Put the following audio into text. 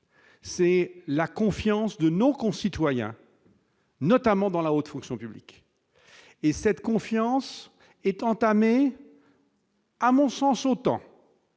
c'est la confiance de nos concitoyens. Notamment dans la haute fonction publique et cette confiance est entamée. à mon sens autant.